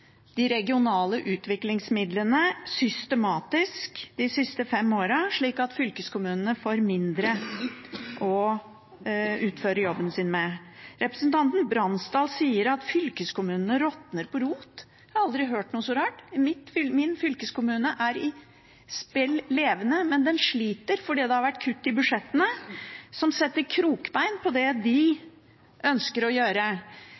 de regionale utviklingsmidlene systematisk de siste fem årene, slik at fylkeskommunene får mindre å utføre jobben sin med. Representanten Bransdal sier at fylkeskommunene råtner på rot. Jeg har aldri hørt noe så rart. Min fylkeskommune er sprell levende, men den sliter fordi det har vært kutt i budsjettene, noe som setter krokbein på det de ønsker å gjøre.